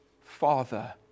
father